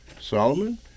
Solomon